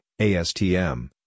ASTM